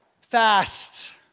fast